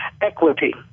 Equity